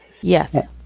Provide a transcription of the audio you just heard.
Yes